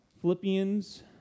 Philippians